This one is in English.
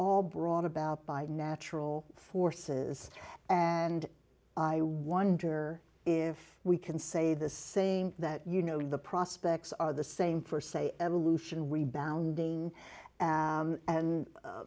all brought about by natural forces and i wonder if we can say the same that you know the prospects are the same for say evolution we bounding and